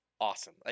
awesome